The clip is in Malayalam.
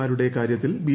മാരുടെ കാര്യത്തിൽ ബി